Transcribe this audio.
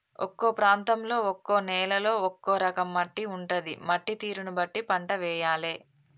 ఒక్కో ప్రాంతంలో ఒక్కో నేలలో ఒక్కో రకం మట్టి ఉంటది, మట్టి తీరును బట్టి పంట వేయాలే